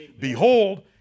Behold